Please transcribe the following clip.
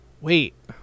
wait